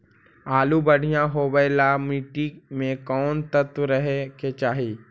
आलु बढ़िया होबे ल मट्टी में कोन तत्त्व रहे के चाही?